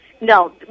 No